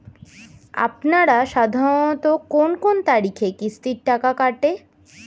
আপনারা সাধারণত কোন কোন তারিখে কিস্তির টাকা কাটে?